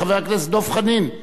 חבר הכנסת דב חנין,